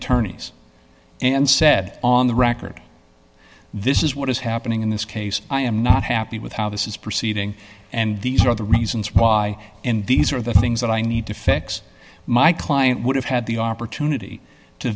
attorneys and said on the record this is what is happening in this case i am not happy with how this is proceeding and these are the reasons why and these are the things that i need to fix my client would have had the opportunity to